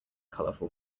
colorful